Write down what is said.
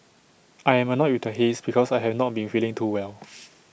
I am annoyed with the haze because I have not been feeling too well